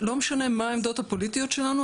לא משנה מה העמדות הפוליטיות שלנו,